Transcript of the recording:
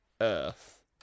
Earth